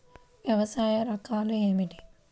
వ్యవసాయ రకాలు ఏమిటి?